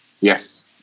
Yes